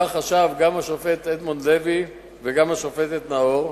כך חשבו גם השופט אדמונד לוי וגם השופטת נאור,